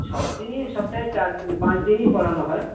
সব দিনই সপ্তাহে চার পাঁচ দিনই পড়ানো হয়